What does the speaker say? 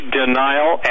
denial